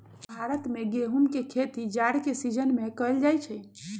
भारत में गेहूम के खेती जाड़ के सिजिन में कएल जाइ छइ